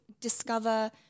discover